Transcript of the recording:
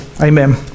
amen